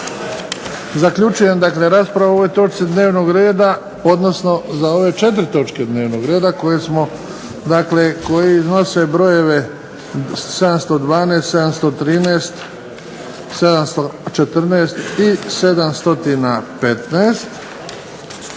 Zaključujem raspravu o ovoj točci dnevnog reda, odnosno za ove četiri točke dnevnog reda koje nose brojeve 712, 713, 714 i 715.